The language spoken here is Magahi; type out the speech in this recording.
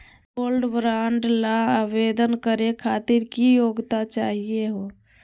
गोल्ड बॉन्ड ल आवेदन करे खातीर की योग्यता चाहियो हो?